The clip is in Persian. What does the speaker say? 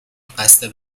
قصد